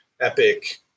epic